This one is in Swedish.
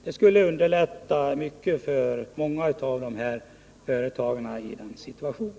Det skulle underlätta mycket för många av de företag som hamnat i en besvärlig situation.